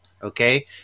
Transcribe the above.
okay